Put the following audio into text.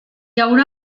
haurà